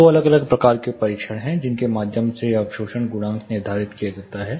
दो अलग अलग प्रकार के परीक्षण हैं जिनके माध्यम से अवशोषण गुणांक निर्धारित किया जाता है